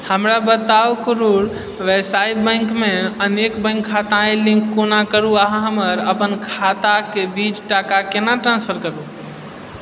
हमरा बताउ करूर वायस्या बैंकमे अनेक बैंक खाताएँ लिन्क कोना करु आ हमर अपन खाताकेँ बीच टाका केना ट्रांसफर करु